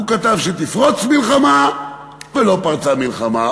הוא כתב שתפרוץ מלחמה ולא פרצה מלחמה,